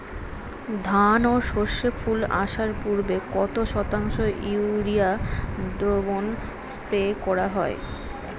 ধান ও সর্ষে ফুল আসার পূর্বে কত শতাংশ ইউরিয়া দ্রবণ স্প্রে করা হয়?